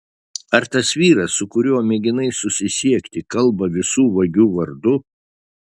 ar tas vyras su kuriuo mėginai susisiekti kalba visų vagių vardu